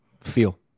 feel